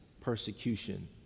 persecution